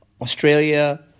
Australia